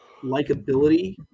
likability